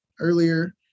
earlier